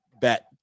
bet